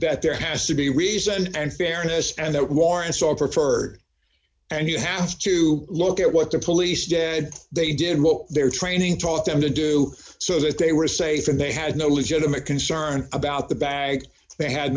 that there has to be a reason and fairness and that warrants all preferred and you have to look at what the police dead they did what their training taught them to do so that they were safe and they had no legitimate concern about the bag they had